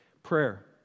prayer